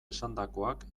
esandakoak